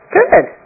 Good